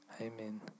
Amen